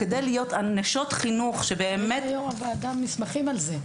וכדי להיות נשות חינוך --- העברתי ליושב-ראש הוועדה מסמכים על זה.